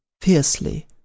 fiercely